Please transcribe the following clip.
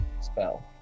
spell